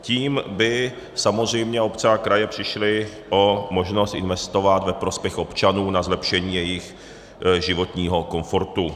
Tím by samozřejmě obce a kraje přišly o možnost investovat ve prospěch občanů na zlepšení jejich životního komfortu.